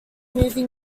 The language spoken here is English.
movie